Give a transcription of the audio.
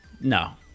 No